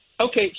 Okay